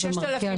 זה נורא.